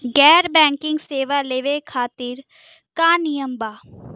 गैर बैंकिंग सेवा लेवे खातिर का नियम बा?